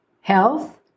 health